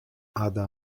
ada